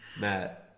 Matt